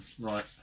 Right